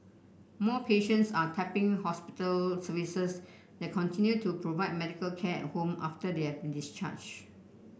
more patients are tapping hospital services that continue to provide medical care at home after they have been discharged